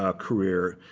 ah career,